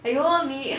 !aiyo! 你